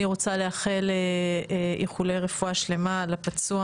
אני רוצה לאחל איחולי רפואה שלמה לפצוע